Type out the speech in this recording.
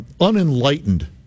unenlightened